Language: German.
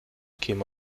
käme